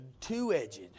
two-edged